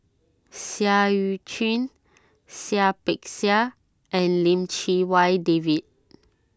Seah Eu Chin Seah Peck Seah and Lim Chee Wai David